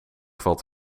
valt